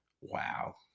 Wow